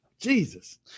jesus